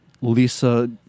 Lisa